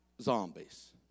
zombies